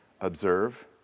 observe